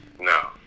No